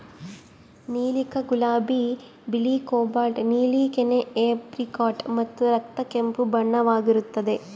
ನೀಲಕ ಗುಲಾಬಿ ಬಿಳಿ ಕೋಬಾಲ್ಟ್ ನೀಲಿ ಕೆನೆ ಏಪ್ರಿಕಾಟ್ ಮತ್ತು ರಕ್ತ ಕೆಂಪು ಬಣ್ಣವಾಗಿರುತ್ತದೆ